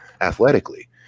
athletically